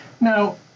Now